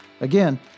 Again